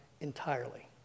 entirely